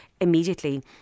immediately